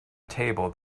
table